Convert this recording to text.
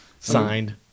Signed